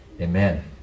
Amen